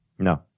No